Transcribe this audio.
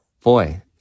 boy